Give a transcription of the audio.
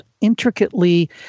intricately